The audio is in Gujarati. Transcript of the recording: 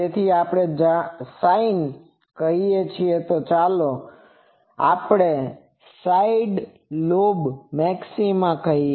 તેથી જો આપણે sin કહીએ તો ચાલો આપણે સાઇડ લોબ મેક્સિમા કહીએ